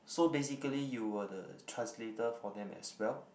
so basically you were the translator for them as well